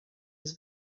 was